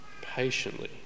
patiently